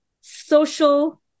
social